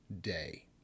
day